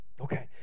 Okay